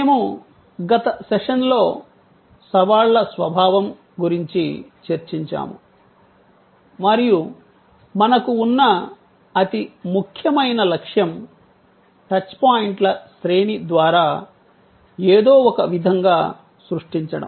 మేము గత సెషన్లో సవాళ్ల స్వభావం గురించి చర్చించాము మరియు మనకు ఉన్న అతి ముఖ్యమైన లక్ష్యం టచ్ పాయింట్ల శ్రేణి ద్వారా ఏదో ఒక విధంగా సృష్టించడం